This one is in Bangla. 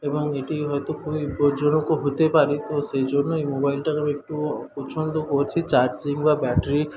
এবং এটি হয়তো খুবই বিপদজনকও হতে পারে তো সেই জন্য এই মোবাইলটার আমি একটু অপছন্দ করছি চার্জিং বা ব্যাটারির